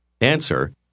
Answer